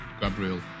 Gabriel